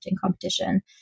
competition